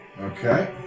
Okay